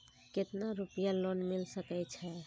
केतना रूपया लोन मिल सके छै?